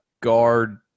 guard